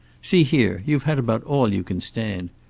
see here, you've had about all you can stand.